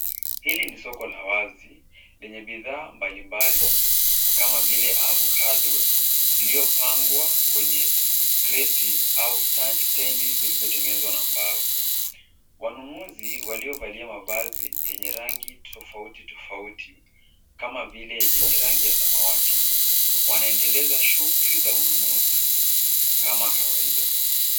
Hili ni soko la wazi lenye bidhaa mbalimbali kama vile avocado iliyopangwa kwenye kreti au stendi zilizotengenezwa na mbao. Wanunuzi waliovalia mavazi yenye rangi tofauti tofauti kama vile yenye rangi ya samawati, wanaendeleza shughuli za ununuzi kama kawaida.